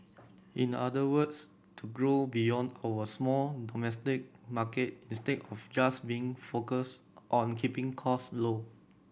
in other words to grow beyond our small domestic market instead of just being focused on keeping costs low